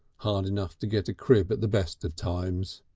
hard enough to get a crib at the best of times,